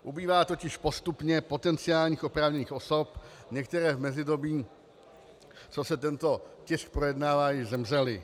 Ubývá totiž postupně potenciálních oprávněných osob, některé v mezidobí, co se tento tisk projednává, již zemřely.